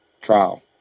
trial